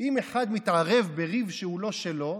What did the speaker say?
אם אחד מתערב בריב שהוא לא שלו,